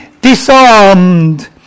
disarmed